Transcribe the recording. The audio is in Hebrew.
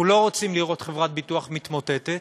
אנחנו לא רוצים לראות חברת ביטוח מתמוטטת,